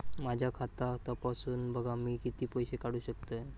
माझा खाता तपासून बघा मी किती पैशे काढू शकतय?